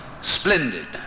splendid